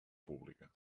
pública